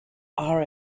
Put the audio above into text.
are